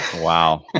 Wow